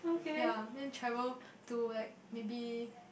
ya then travel to like maybe